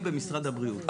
במשרד הבריאות.